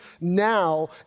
now